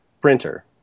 printer